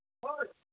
ꯑꯣꯏ